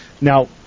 Now